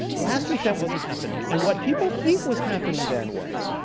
last week that wasn't happening. and what people think was happening then was,